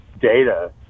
data